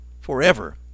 forever